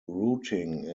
routing